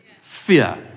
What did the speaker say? fear